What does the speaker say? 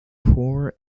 core